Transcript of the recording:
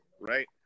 right